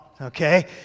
okay